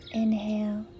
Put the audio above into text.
inhale